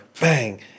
bang